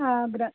ब्र